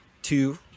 Two